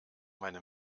meine